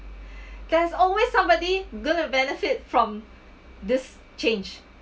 there's always somebody going to benefit from this change